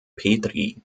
petri